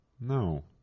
No